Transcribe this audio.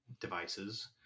devices